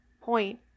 point